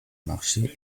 marché